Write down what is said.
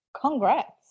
congrats